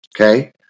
okay